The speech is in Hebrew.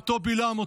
אותו בלעם,